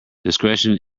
discretion